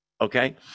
okay